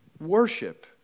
worship